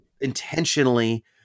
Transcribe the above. intentionally